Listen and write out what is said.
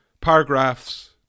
Paragraphs